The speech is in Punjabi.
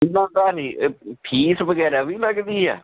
ਇਨ੍ਹਾਂ ਦਾ ਜੀ ਫੀਸ ਵਗੈਰਾ ਵੀ ਲੱਗਦੀ ਹੈ